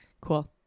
Cool